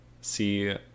see